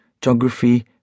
geography